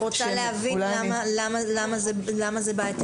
למה זה בעייתי